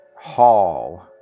Hall